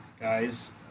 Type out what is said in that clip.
guys